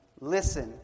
listen